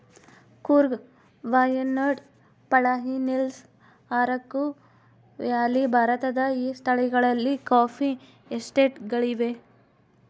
Coorg Wayanad Palani Hills Araku Valley ಭಾರತದ ಈ ಸ್ಥಳಗಳಲ್ಲಿ ಕಾಫಿ ಎಸ್ಟೇಟ್ ಗಳಿವೆ